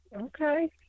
Okay